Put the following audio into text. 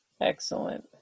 Excellent